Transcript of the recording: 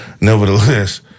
nevertheless